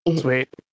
Sweet